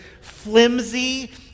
flimsy